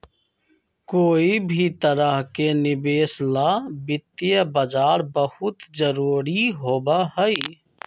कोई भी तरह के निवेश ला वित्तीय बाजार बहुत जरूरी होबा हई